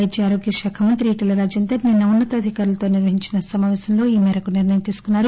వైద్యఆరోగ్యశాఖ మంత్రి ఈటల రాజేందర్ నిన్న ఉన్న తాధికారులతో నిర్వహించిన సమాపేశంలో ఈ నిర్లయం తీసుకున్నారు